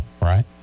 right